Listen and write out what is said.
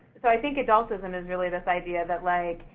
so i think adultism is really this idea that, like,